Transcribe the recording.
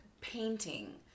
painting